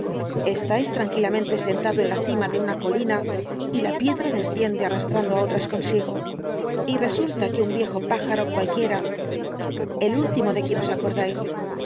estáis tranquilamente sentado en la cima de una colina y la piedra desciende arrastrando á otras consigo y resulta que un viejo pájaro cualquiera el último de quien os acordáis queda herido por